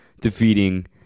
defeating